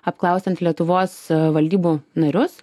apklausiant lietuvos valdybų narius